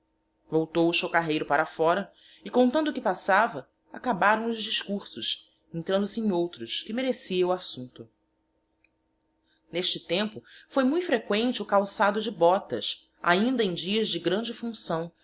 voltou o chocarreiro para fóra e contando o que passava acabaram os discursos entrando se em outros que merecia o assumpto n'este tempo foi mui frequente o calçado de botas ainda em dias de grande funcção